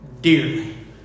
dearly